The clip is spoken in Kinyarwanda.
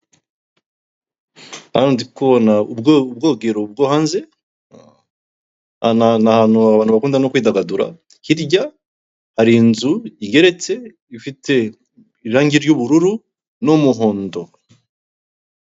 Hano ndi kubona ubwogero bwo hanze ni ahantu abantu bakunda no kwidagadura hirya hari inzu igeretse ifite irangi ry'ubururu n'umuhondo.